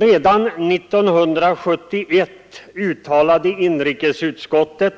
Redan 1971 uttalade inrikesutskottet